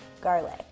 garlic